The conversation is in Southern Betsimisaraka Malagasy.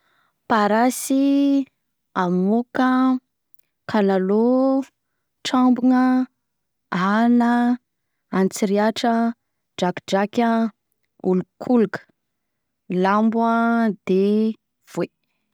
Parasy, amoka, kalalao, trambona, ala, antsiriatra an, drakidraky an, holokoloka, lambo an, de voay.